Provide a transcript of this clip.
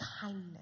kindness